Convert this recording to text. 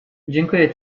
dziękuję